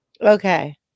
Okay